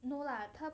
no lah 他